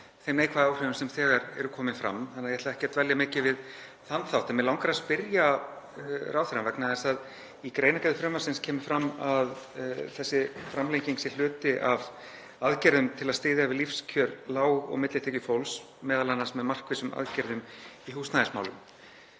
þeim neikvæðu áhrifum sem þegar eru komin fram, þannig að ég ætla ekki að dvelja mikið við þann þátt. En mig langar að spyrja ráðherrann, vegna þess að í greinargerð frumvarpsins kemur fram að þessi framlenging sé hluti af aðgerðum til að styðja við lífskjör lág- og millitekjufólks, m.a. með markvissum aðgerðum í húsnæðismálum: